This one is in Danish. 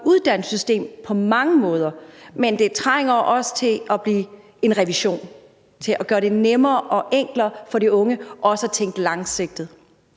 uddannelsesystem på mange måder, men det trænger også til en revision, sådan at det gøres nemmere og enklere for de unge også at tænke langsigtet.